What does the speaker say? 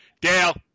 Dale